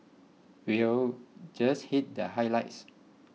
we'll just hit the highlights